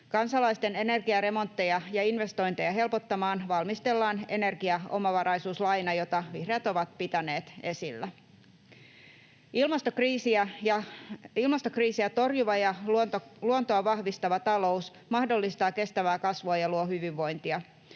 Kansalaisten energiaremontteja ja ‑investointeja helpottamaan valmistellaan energiaomavaraisuuslaina, jota vihreät ovat pitäneet esillä. Ilmastokriisiä torjuva ja luontoa vahvistava talous mahdollistaa kestävää kasvua ja luo hyvinvointia.